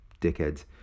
dickheads